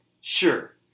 sure